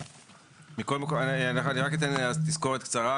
אני רק אתן תזכורת קצרה.